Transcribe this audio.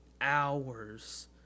hours